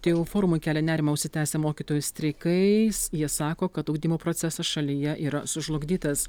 tėvų forumui kelia nerimą užsitęsę mokytojų streikai jie sako kad ugdymo procesas šalyje yra sužlugdytas